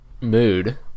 mood